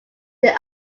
there